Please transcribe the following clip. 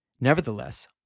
nevertheless